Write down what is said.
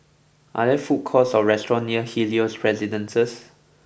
are there food courts or restaurants near Helios Residences